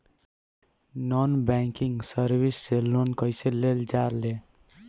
Non banking service से लोन कैसे लेल जा ले?